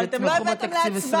אבל אתם לא הבאתם להצבעה.